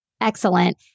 Excellent